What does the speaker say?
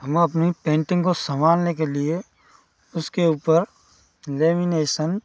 हम अपनी पेंटिंग को संभालने के लिए उसके ऊपर लेमिनेसन